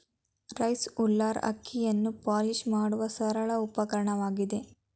rice huller ಅಕ್ಕಿಯನ್ನು polish ಮಾಡುವ ಸರಳ ಉಪಕರಣವಾಗಿದೆ